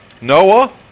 Noah